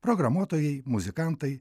programuotojai muzikantai